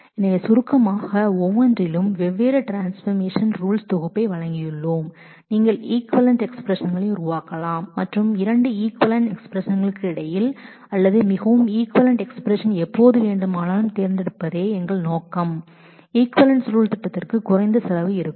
எனவே சுருக்கமாக ஒவ்வொன்றிலும் வெவ்வேறு ட்ரான்ஸ்பர்மேஷன் ரூல்ஸ் தொகுப்பை வழங்கியுள்ளோம் நீங்கள் ஈக்விவலெண்ட் எக்ஸ்பிரஸன்களை உருவாக்கலாம் மற்றும் இரண்டு ஈக்விவலெண்ட் எக்ஸ்பிரஸன்களுக்கு இடையில் அல்லது மிகவும் அதிகமான ஈக்விவலெண்ட் எக்ஸ்பிரஸன் எப்போது வேண்டுமானாலும் தேர்ந்தெடுப்பதே இவோலியேசன் திட்டமாகும் மேலும் அது குறைந்த செலவு கொடுக்கும் எங்கள் நோக்கம் ஈக்விவலென்ஸ் ரூல்ஸ் திட்டத்திற்கு குறைந்த செலவு இருக்கும்